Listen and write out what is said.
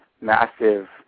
massive